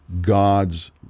God's